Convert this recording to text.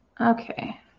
Okay